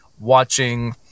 watching